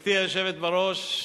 גברתי היושבת-ראש,